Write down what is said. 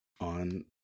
on